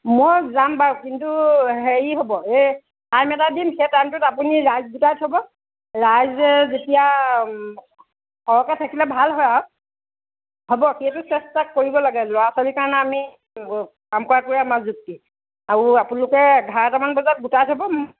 মই যাম বাৰু কিন্তু হেৰি হ'ব এ টাইম এটা দিম সেই টাইমটোত ৰাইজ গোটাই থব ৰাইজ যেতিয়া সৰহকে থাকিলে ভাল হয় আৰু হ'ব সেইটো চেষ্টা কৰিব লাগে ল'ৰা ছোৱালী আমি কাম কৰাবোৰে আমাৰ যুক্তি আৰু আপোনালোকে এঘাৰটামান বজাত গোটাই থব